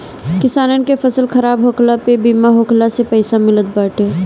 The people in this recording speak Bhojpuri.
किसानन के फसल खराब होखला पअ बीमा होखला से पईसा मिलत बाटे